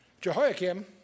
Jehoiakim